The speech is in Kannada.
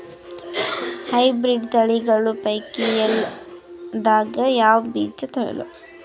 ಹೈಬ್ರಿಡ್ ತಳಿಗಳ ಪೈಕಿ ಎಳ್ಳ ದಾಗ ಯಾವ ಬೀಜ ಚಲೋ?